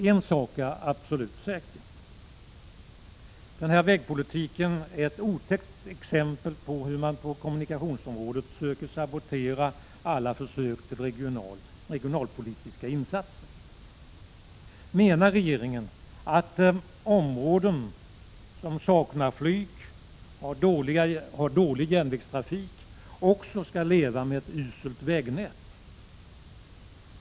En sak är absolut säker: Den här vägpolitiken är ett otäckt exempel på hur man på kommunikationsområdet söker sabotera alla försök till regionalpolitiska insatser. Menar regeringen att områden som saknar flyg och har dålig järnvägstrafik också skall leva med ett uselt vägnät?